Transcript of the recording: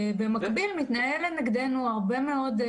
במקביל מתנהל נגדנו הרבה מאוד,